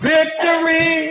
Victory